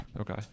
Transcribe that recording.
Okay